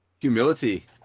Humility